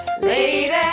lady